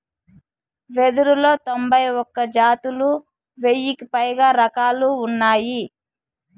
వెదురులో తొంభై ఒక్క జాతులు, వెయ్యికి పైగా రకాలు ఉన్నాయి